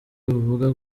buvuga